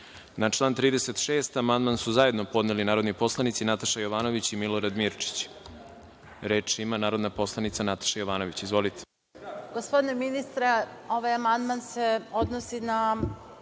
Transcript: član 36. amandman su zajedno podneli narodni poslanici Nataša Jovanović i Milorad Mirčić. Reč ima narodna poslanica Nataša Jovanović. **Nataša